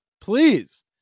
please